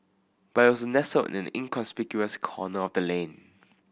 but it was nestled in an inconspicuous corner of the lane